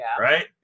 right